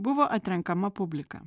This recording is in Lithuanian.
buvo atrenkama publika